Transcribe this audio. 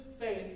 faith